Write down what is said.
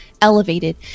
elevated